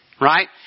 Right